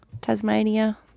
Tasmania